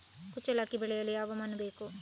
ಕುಚ್ಚಲಕ್ಕಿ ಬೆಳೆಸಲು ಯಾವ ಮಣ್ಣು ಬೇಕು?